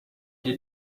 did